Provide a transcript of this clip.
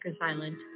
Island